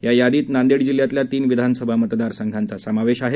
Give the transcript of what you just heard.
या यादीत नांदेड जिल्ह्यातल्या तीन विधानसभा मतदारसंघांचा समावेश आहे